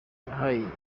yahaye